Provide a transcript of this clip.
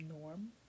norm